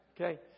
Okay